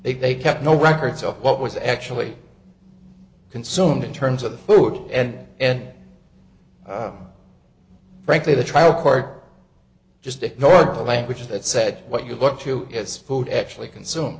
they kept no records of what was actually consumed in terms of the forward end and frankly the trial court just ignored the language that said what you what you as food actually consume